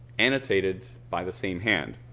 annotated by the same hand.